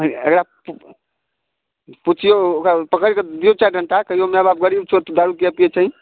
एकरा पुछियौ ओकरा पकड़ि कऽ दियौ चाइर डन्टा कहियौ माय बाप गरीब छौ तू दारू किएक पियै छही